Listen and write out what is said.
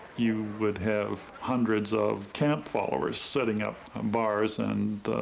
you would have hundreds of camp followers setting up um bars and